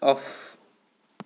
off